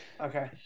Okay